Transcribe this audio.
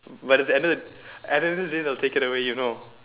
but at the end of the at the end of the day it will be taken away you know